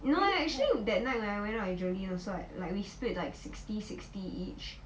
no eh actually that night when I went out with joleen also like we split like sixty sixty each